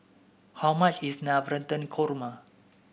how much is Navratan Korma